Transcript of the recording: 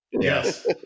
Yes